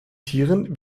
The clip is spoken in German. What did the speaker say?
tieren